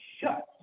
shut